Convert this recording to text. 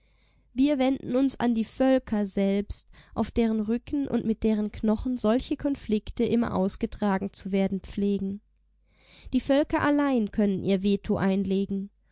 wir wenden uns an die völker selbst auf deren rücken und mit deren knochen solche konflikte immer ausgetragen zu werden pflegen die völker allein können ihr veto einlegen